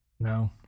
No